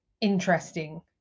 interesting